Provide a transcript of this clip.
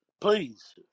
Please